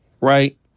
right